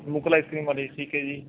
ਮੁਕਲ ice cream ਵਾਲੇ ਠੀਕ ਹੈ ਜੀ